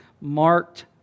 marked